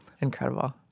Incredible